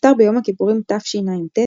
נפטר ביום הכיפורים תשע"ט,